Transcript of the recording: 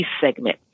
segment